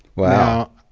wow.